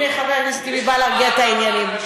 הנה חבר הכנסת יולי בא להרגיע את העניינים.